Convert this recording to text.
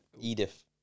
Edith